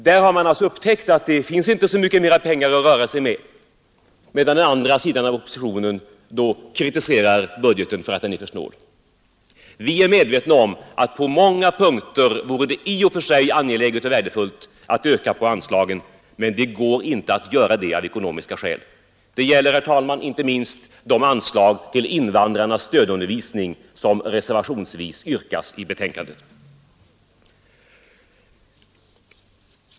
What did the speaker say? Moderaterna anser sålunda sig inte ha råd med de utgifter som föreslås, medan den andra sidan av oppositionen kritiserar budgeten för att den är för snål. Vi är medvetna om att på många punkter vore det i och för sig angeläget och värdefullt att öka på anslagen, men det går inte att göra det av ekonomiska skäl. Det gäller, herr talman, inte minst de anslag till invandrarnas stödundervisning som reservationsvis yrkas i betänkandet.